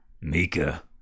mika